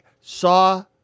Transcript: saw